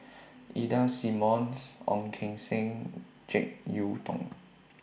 Ida Simmons Ong Keng Sen Jek Yeun Thong